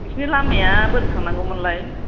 नोंसिनि लामाया बोरै थांनांगौमोनलाय